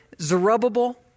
Zerubbabel